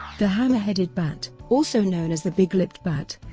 the hammer-headed bat, also known as the big-lipped bat,